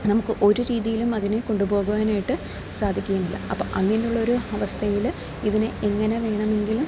നമുക്ക് ഒരു രീതിയിലും അതിനെ കൊണ്ടുപോകുവാനായിട്ട് സാധിക്കുകയുമില്ല അപ്പം അങ്ങനെയുള്ള ഒരു അവസ്ഥയിൽ ഇതിനെ എങ്ങനെ വേണമെങ്കിലും